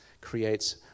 creates